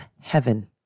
heaven